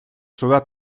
суда